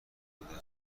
بوده